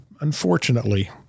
Unfortunately